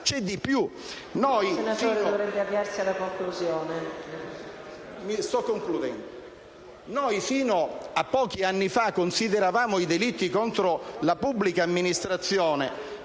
C'è di più.